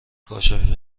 کاشف